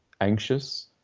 anxious